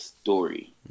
Story